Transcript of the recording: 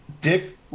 Dick